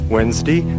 Wednesday